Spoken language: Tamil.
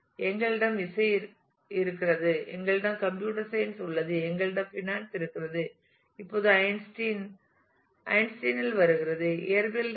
எங்களிடம் இசை இருக்கிறது எங்களிடம்கம்ப்யூட்டர் சயின்ஸ் உள்ளது எங்களிடம் ஃபைனான்ஸ் இருக்கிறது இப்போது ஐன்ஸ்டீன் ஐன்ஸ்டீனில் வருகிறது இயற்பியலில் இருந்து